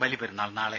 ബലിപെരുന്നാൾ നാളെ